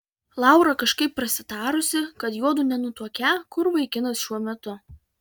laura kažkaip prasitarusi kad juodu nenutuokią kur vaikinas šiuo metu